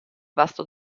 vasto